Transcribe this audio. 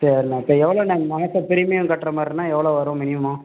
சேரிண்ணா இப்போ எவ்ளோண்ணா மாதம் பிரிமியம் கட்டுற மாதிரினா எவ்வளோ வரும் மினிமம்